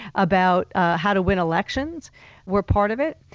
about how to win elections were part of it.